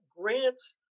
Grant's